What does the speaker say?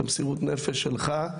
את המסירות נפש שלך,